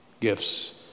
gifts